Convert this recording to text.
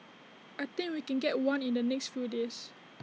I think we can get one in the next few days